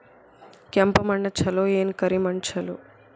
ಕೆಂಪ ಮಣ್ಣ ಛಲೋ ಏನ್ ಕರಿ ಮಣ್ಣ ಛಲೋ?